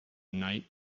night